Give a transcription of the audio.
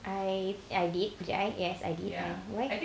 I I did did I yes I did why